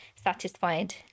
satisfied